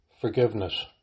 forgiveness